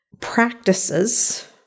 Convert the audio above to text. practices